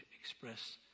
express